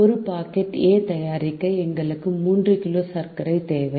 ஒரு packet A தயாரிக்க எங்களுக்கு 3 கிலோ சர்க்கரை தேவை